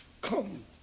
come